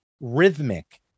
rhythmic